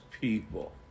people